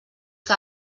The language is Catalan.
que